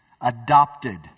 adopted